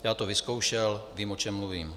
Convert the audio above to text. Já to vyzkoušel, vím, o čem mluvím.